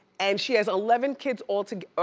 and she has eleven kids alto,